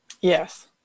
yes